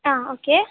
ஆ okay